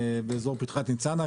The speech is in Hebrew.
באזור פתחת ניצנה,